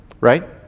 right